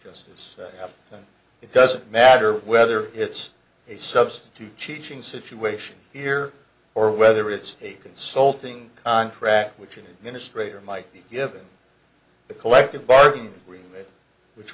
justice it doesn't matter whether it's a substitute teaching situation here or whether it's a consulting contract which an administrator might be given the collective bargaining agreement which